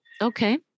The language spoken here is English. Okay